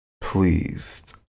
pleased